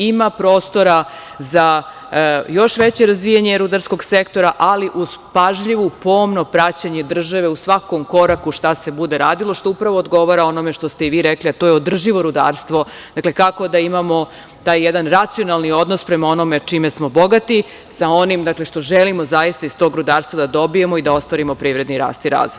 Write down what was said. Ima prostora za još veće razvijanje rudarskog sektora, ali uz pažljivo pomno praćenje države u svakom koraku šta se bude radilo, što upravo odgovara onome što ste i vi rekli, a to je održivo rudarstvo, kako da imamo taj jedan racionalni odnos prema onome čime smo bogati sa onim što želimo zaista iz tog rudarstva da dobijemo i da ostvarimo privredni rast i razvoj.